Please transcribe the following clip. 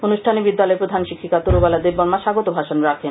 অনুষ্ঠানে বিদ্যালয়ের প্রধান শিষ্কিকা তরুবালা দেববর্মা স্বাগত ভাষণ রাখেন